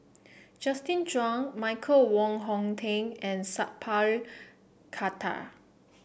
Justin Zhuang Michael Wong Hong Teng and Sat Pal Khattar